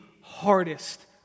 hardest